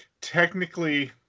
technically